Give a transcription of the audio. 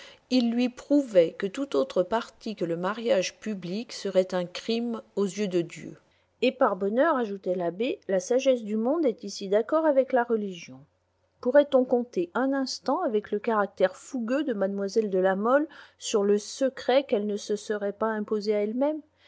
il lui prouvait que tout autre parti que le mariage public serait un crime aux yeux de dieu et par bonheur ajoutait l'abbé la sagesse du monde est ici d'accord avec la religion pourrait-on compter un instant avec le caractère fougueux de mlle de la mole sur le secret qu'elle ne se serait pas imposé à elle-même